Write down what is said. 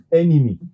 enemy